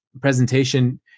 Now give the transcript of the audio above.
presentation